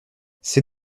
c’est